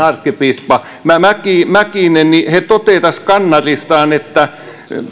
arkkipiispa mäkinen mäkinen toteaa kannarissaan että